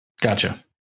Gotcha